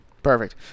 Perfect